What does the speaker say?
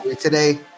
Today